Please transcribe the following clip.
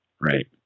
right